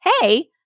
hey